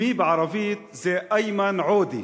שמי בערבית זה איימן עוּדֵה,